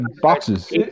boxes